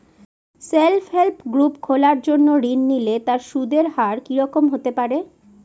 Self help group খোলার জন্য ঋণ নিলে তার সুদের হার কি রকম হতে পারে?